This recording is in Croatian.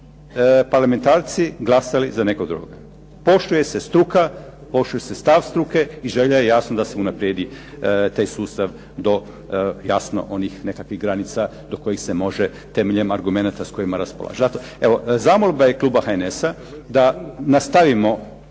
parlamentarci glasali za nekoga drugoga. Poštuje se struka, poštuje se stav struke i želja je jasno da se unaprijedi taj sustav do jasno onih nekakvih granica do kojih se može temeljem argumenata s kojima raspolaže. Zato evo, zamolba je kluba HNS-a da nastavimo